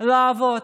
לעבוד,